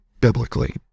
biblically